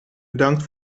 bedankt